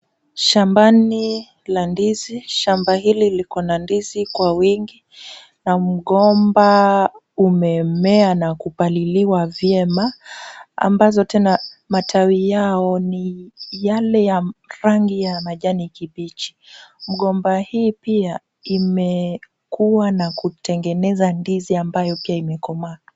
Shambani la ndizi. Shamba hili liko na ndizi kwa wingi na mgomba umemea na kupaliliwa vyema ambazo tena matawi yao ni yale ya rangi ya manjani kibichi. Mgomba hii pia imekuwa na kutengeneza ndizi ambayo pia imekomaa.